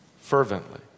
fervently